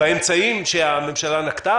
באמצעים שהממשלה נקטה,